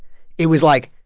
it was like,